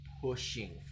pushing